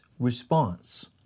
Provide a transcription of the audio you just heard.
response